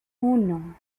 uno